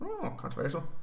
Controversial